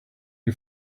you